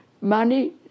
money